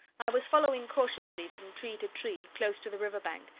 i was following cautiously, from tree to tree, close to the river-bank,